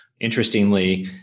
interestingly